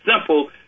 simple